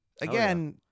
Again